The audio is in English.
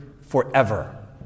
forever